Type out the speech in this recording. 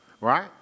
Right